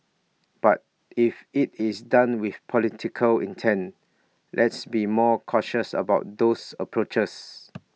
but if IT is done with political intent let's be more cautious about those approaches